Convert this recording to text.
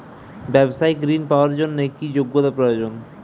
ব্যবসায়িক ঋণ পাওয়ার জন্যে কি যোগ্যতা প্রয়োজন?